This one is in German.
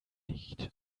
nicht